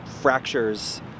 fractures